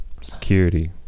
Security